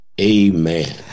amen